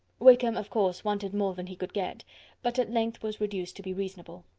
wickham of course wanted more than he could get but at length was reduced to be reasonable.